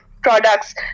products